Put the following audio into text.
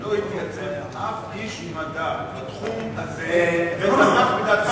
למה לא התייצב אף איש מדע בתחום הזה ותמך בדעתך,